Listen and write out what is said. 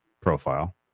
profile